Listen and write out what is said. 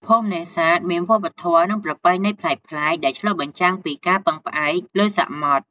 ភូមិនេសាទមានវប្បធម៌ និងប្រពៃណីប្លែកៗ ដែលឆ្លុះបញ្ចាំងពីការពឹងផ្អែកលើសមុទ្រ។